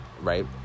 right